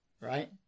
right